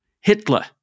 Hitler